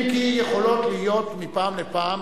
אם כי יכולים להיות מפעם לפעם